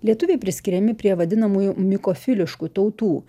lietuviai priskiriami prie vadinamųjų mikofiliškų tautų